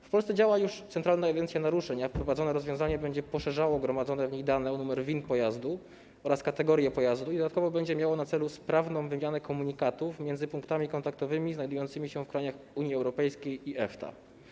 W Polsce działa już centralna ewidencja naruszeń, a wprowadzone rozwiązanie będzie poszerzało gromadzone w niej dane o numer VIN pojazdu oraz kategorię pojazdu i dodatkowo będzie miało na celu sprawną wymianę komunikatów między punktami kontaktowymi znajdującymi się w krajach Unii Europejskiej i EFTA.